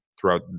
throughout